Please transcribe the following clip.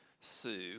Sue